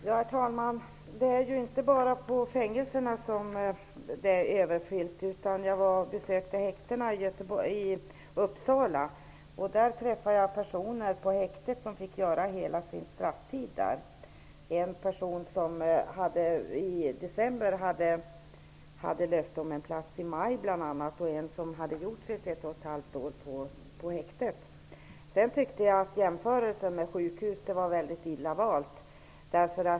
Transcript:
Herr talman! Det är inte bara fängelserna som är överfulla. Det gäller också häktena. Jag har gjort besök på häktet i Uppsala. Jag träffade då personer som fick avtjäna hela sin strafftid där. En person fick i december löfte om en annan plats i maj, och en person hade avtjänat 18 månader på häktet. Sedan tycker jag att det var illa valt att jämföra med sjukhusen.